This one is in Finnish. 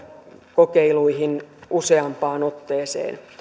kokeiluihin useampaan otteeseen